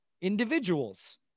individuals